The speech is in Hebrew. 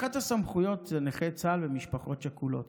אחת הסמכויות זה נכי צה"ל ומשפחות שכולות,